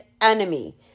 enemy